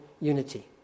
unity